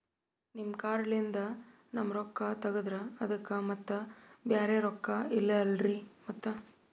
ನಿಮ್ ಕಾರ್ಡ್ ಲಿಂದ ನಮ್ ರೊಕ್ಕ ತಗದ್ರ ಅದಕ್ಕ ಮತ್ತ ಬ್ಯಾರೆ ರೊಕ್ಕ ಇಲ್ಲಲ್ರಿ ಮತ್ತ?